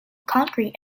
concrete